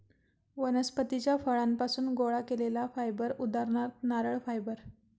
वनस्पतीच्या फळांपासुन गोळा केलेला फायबर उदाहरणार्थ नारळ फायबर